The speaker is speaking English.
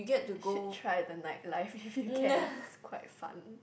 should try the nightlife if you can it's quite fun